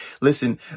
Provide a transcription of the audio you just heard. Listen